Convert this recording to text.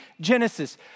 Genesis